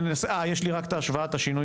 אה יש לי רק את השוואת השינוי,